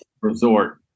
resort